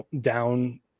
down